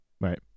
Right